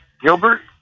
Gilbert